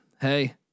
Hey